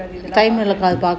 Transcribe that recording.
time இருக்காது:irukaathu